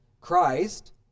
Christ